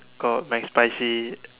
got McSpicy